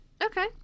Okay